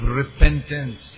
repentance